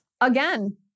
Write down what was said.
Again